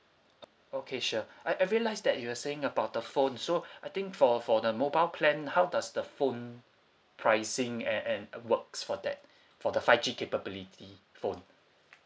okay sure I I realise that you were saying about the phone so I think for for the mobile plan how does the phone pricing at at works for that for the five G capability phone